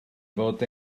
fod